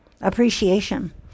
appreciation